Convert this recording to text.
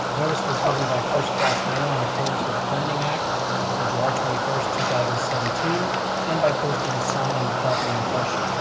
notice was given by first class mail in accordance with the planning act on july twenty first, two thousand and seventeen and by posting a sign on the property in question.